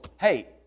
hey